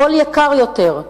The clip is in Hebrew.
הכול יקר יותר: